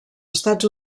estats